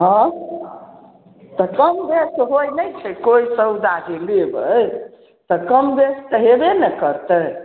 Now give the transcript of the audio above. हँ तऽ कम बेस होइ नहि छै कोइ सौदा जे लेबै तऽ कम बेस तऽ हेबे ने करतै